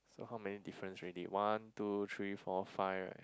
so how many difference already one two three four five right